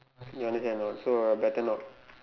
you understand or not so better not